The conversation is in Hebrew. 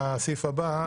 לסעיף הבא,